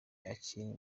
akiri